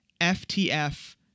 FTF